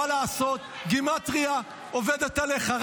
מה לעשות, גימטרייה עובדת עליך.